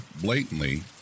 blatantly